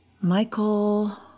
Michael